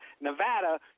Nevada